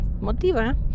motiva